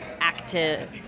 active